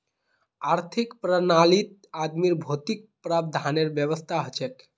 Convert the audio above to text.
आर्थिक प्रणालीत आदमीर भौतिक प्रावधानेर व्यवस्था हछेक